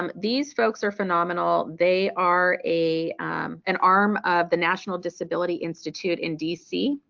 um these folks are phenomenal they are a an arm of the national disability institute in dc.